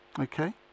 Okay